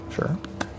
Sure